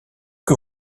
que